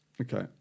okay